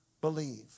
believe